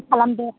खालामदो